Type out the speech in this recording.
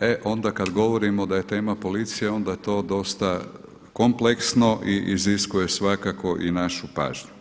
e onda kad govorimo da je tema policija onda je to dosta kompleksno i iziskuje svakako i našu pažnju.